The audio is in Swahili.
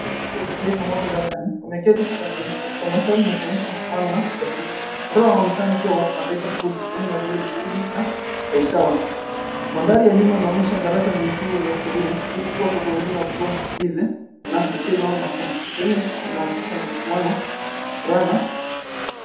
Watoto wa kike wakifurahi pamoja darasani wameketi sakafuni wakitabasamu na kuonyesha mshikamano na urafiki. Watoto wanaonekana kuwa wa mataifa tofauti wakionyesha mazingira jumuishi na ya usawa. Mandhari ya nyuma inaonyesha darasa lenye shughuli za kielimu huku watoto wengine wakiwa busy na michezo au masomo. Picha hii inaakisi mshikamano, furaha .